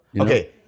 okay